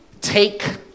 take